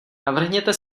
navrhněte